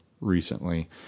recently